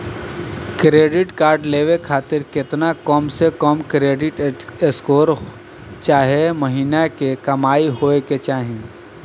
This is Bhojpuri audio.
क्रेडिट कार्ड लेवे खातिर केतना कम से कम क्रेडिट स्कोर चाहे महीना के कमाई होए के चाही?